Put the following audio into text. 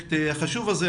הפרויקט החשוב הזה.